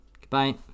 Goodbye